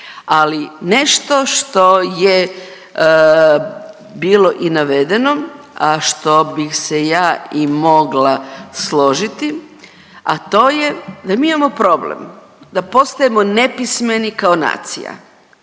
ali nešto što je bilo i navedeno, a što bih se i ja mogla složiti, a to je da mi imamo problem da postajemo nepismeni kao nacija.